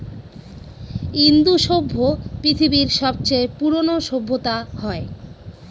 ইন্দু সভ্য পৃথিবীর সবচেয়ে পুরোনো সভ্যতা হয়